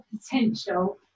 potential